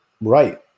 Right